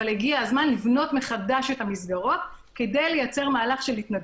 הגיע הזמן לבנות מחדש את המסגרות כדי לייצר מהלך של התנדבות.